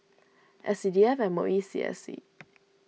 S C D F M O E C S C